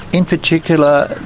in particular,